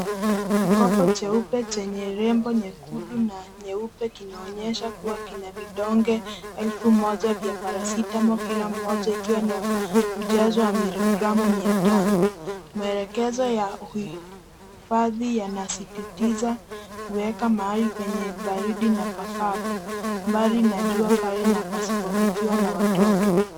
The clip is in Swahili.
Kikopo cheupe chenye lebo nyekundu na nyeupe kinaonyesha kuwa kina vidonge elfu moja vya paracetamol kila moja kikiwa na ujazo wa miligramu mia tano. Maelekezao ya uhifadhi yanasisitiza kuweka mahali penye baridi na pakavu mbali na jua kali na pasipofikiwa na watoto.